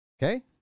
okay